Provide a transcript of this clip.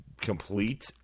complete